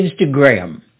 instagram